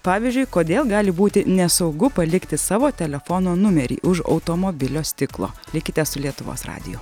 pavyzdžiui kodėl gali būti nesaugu palikti savo telefono numerį už automobilio stiklo likite su lietuvos radiju